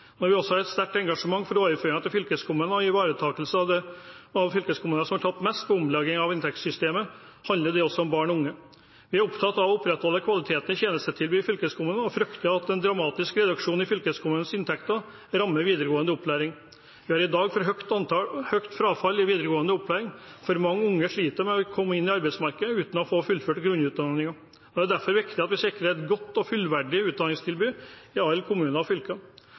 Når vi også har et sterkt engasjement for overføringer til fylkeskommunene og ivaretakelse av fylkeskommunene som har tapt mest på omleggingen av inntektssystemet, handler det også om barn og unge. Vi er opptatt av å opprettholde kvaliteten på tjenestetilbudene i fylkeskommunene og frykter at en dramatisk reduksjon i fylkeskommunenes inntekter rammer videregående opplæring. Vi har i dag for høyt frafall i videregående opplæring. For mange unge sliter med å komme inn på arbeidsmarkedet uten å få fullført grunnutdanningen. Det er derfor viktig at vi sikrer et godt og fullverdig utdanningstilbud i alle kommuner og